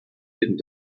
didn’t